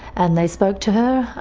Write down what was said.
and they spoke to her.